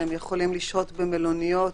שהם יכולים לשהות במלוניות,